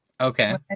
Okay